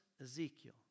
Ezekiel